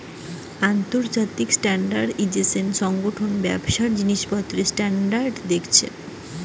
আন্তর্জাতিক স্ট্যান্ডার্ডাইজেশন সংগঠন ব্যবসার জিনিসপত্রের স্ট্যান্ডার্ড দেখছে